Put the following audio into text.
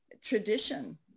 tradition